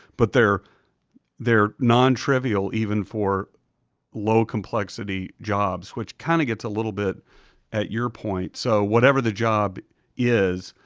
but they're they're nontrivial even for low-complexity jobs, which kind of gets a little bit at your point. so whatever the job is,